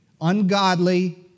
ungodly